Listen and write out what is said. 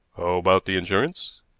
about the insurance?